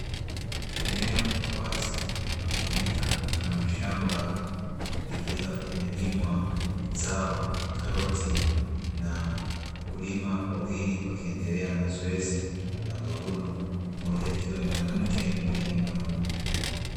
Eneo la wazi linalotumiaka kama shamba, likiwa limelimwa zao la karoti na wakulima wawili wakiendelea na zoezi la mavuno, mmoja akiwa ni mwanamke na mwingine mwanaume.